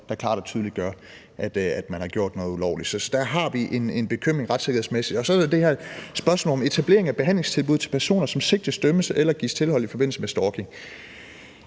og tydeligt gør, at man har gjort noget ulovligt. Så der har vi en bekymring retssikkerhedsmæssigt. Så er der det her spørgsmål om etablering af behandlingstilbud til personer, som sigtes, dømmes eller gives tilhold i forbindelse med stalking.